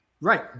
Right